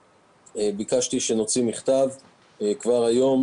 ביקשתי שנוציא לממשלה מכתב כבר היום.